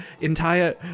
entire